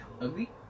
Ugly